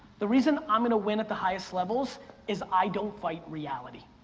the reason i'm gonna win at the highest levels is i don't fight reality.